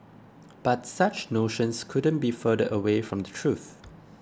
but such notions couldn't be further away from the truth